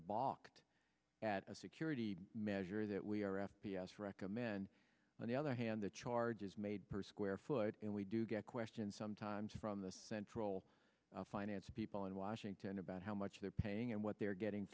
boxed at a security measure that we are f b s recommend on the other hand the charge is made per square foot and we do get questions sometimes from the central finance people in washington about how much they're paying and what they are getting